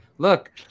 Look